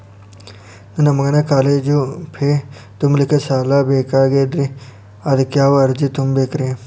ನನ್ನ ಮಗನ college fee ತುಂಬಲಿಕ್ಕೆ ಸಾಲ ಬೇಕಾಗೆದ್ರಿ ಅದಕ್ಯಾವ ಅರ್ಜಿ ತುಂಬೇಕ್ರಿ?